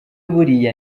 buriya